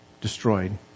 destroyed